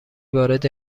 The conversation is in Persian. وارد